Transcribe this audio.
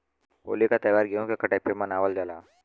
होली क त्यौहार गेंहू कटाई पे मनावल जाला